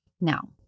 Now